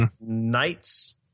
knights